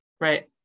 right